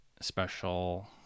special